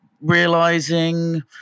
realizing